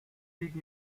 big